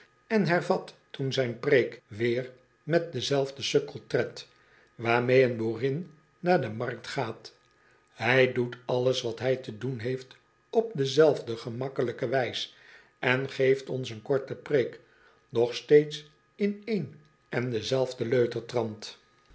en hervat toen zijn preek weer met denzelfden sukkeltred waarmee een boerin naar de markt gaat hij doet alles wat hij te doen heeft op dezelfde gemakkelijke wijs en geeft ons een korte preek doch steeds in één en denzelfden leuter trant